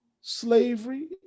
slavery